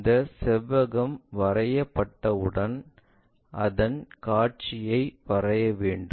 இந்த செவ்வகம் வரையப்பட்டவுடன் அதன் காட்சியை வரைய வேண்டும்